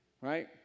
right